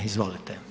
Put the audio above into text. Izvolite.